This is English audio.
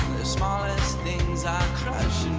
the smallest things are